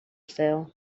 sale